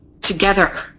together